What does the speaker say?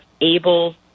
able